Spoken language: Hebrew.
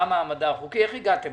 איך הגעתם